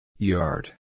Yard